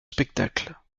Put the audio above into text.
spectacles